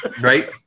right